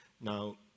now